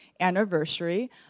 anniversary